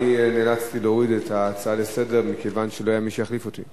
אני נאלצתי להוריד את ההצעה לסדר-היום מכיוון שלא היה מי שיחליף אותי.